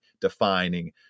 defining